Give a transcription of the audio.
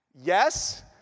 yes